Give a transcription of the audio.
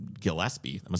Gillespie